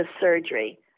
surgery